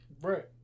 Right